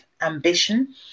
ambition